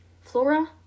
Flora